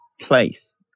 place